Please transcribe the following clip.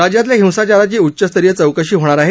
राज्यातल्या हिंसाचाराची उच्च स्तरीय चौकशी होणार आहे